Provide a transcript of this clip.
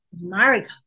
America